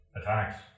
attacks